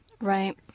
right